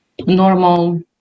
normal